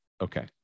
okay